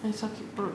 I sakit perut